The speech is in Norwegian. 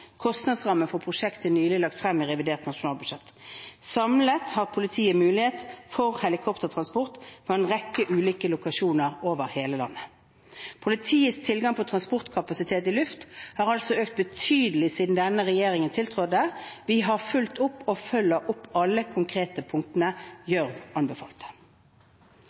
for prosjektet er nylig lagt frem i revidert nasjonalbudsjett. Samlet har politiet mulighet for helikoptertransport fra en rekke ulike lokasjoner over hele landet. Politiets tilgang på transportkapasitet i luft har altså økt betydelig siden denne regjeringen tiltrådte. Vi har fulgt opp og følger opp alle de konkrete punktene Gjørv anbefalte.